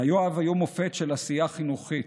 חייו היו מופת של עשייה חינוכית.